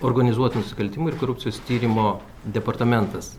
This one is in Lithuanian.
organizuotų nusikaltimų ir korupcijos tyrimo departamentas